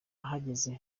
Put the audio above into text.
ahageze